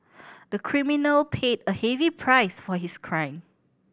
the criminal paid a heavy price for his crime